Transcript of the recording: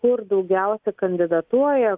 kur daugiausia kandidatuoja